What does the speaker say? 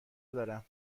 دارم